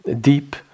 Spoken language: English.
deep